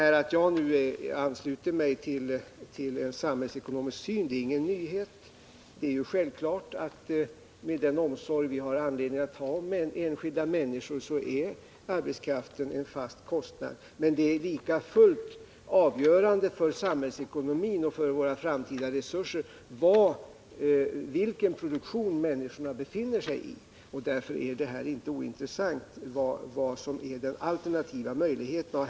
Detta att jag nu ansluter mig till en samhällsekonomisk syn är ingen nyhet. Det är självklart, med den omsorg vi har anledning att ha om enskilda människor, att arbetskraften är en fast kostnad. Men det är likafullt avgörande för samhällsekonomin och för våra framtida resurser vilken produktion människorna befinner sig i. Därför är det inte ointressant vad som är den alternativa möjligheten.